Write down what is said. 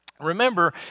Remember